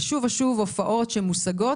שוב ושוב הופעות שמושגות,